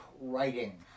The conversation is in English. writing